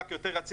רק יותר יציב,